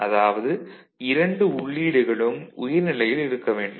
அதாவது இரண்டு உள்ளீடுகளும் உயர்நிலையில் இருக்க வேண்டும்